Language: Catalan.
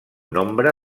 nombre